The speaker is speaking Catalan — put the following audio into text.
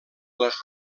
les